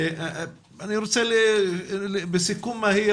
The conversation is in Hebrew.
אני רוצה בסיכום מהיר,